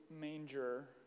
manger